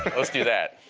but let's do that.